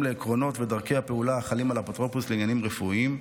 לעקרונות ודרכי הפעולה החלים על אפוטרופוס לעניינים רפואיים,